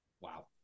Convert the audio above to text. Wow